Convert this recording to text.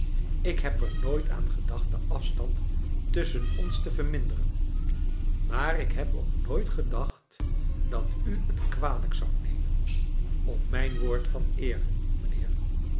ik heb er nooit aan gedacht den afstand tusschen ons te verminderen maar ik heb ook nooit gedacht dat u het kwalijk zoudt neinen op mijn woord van eer mijnheer